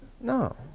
No